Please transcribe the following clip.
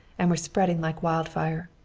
and were spreading like wildfire.